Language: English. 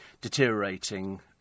deteriorating